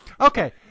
Okay